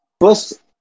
first